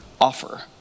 offer